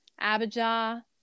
Abijah